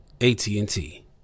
AT&T